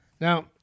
Now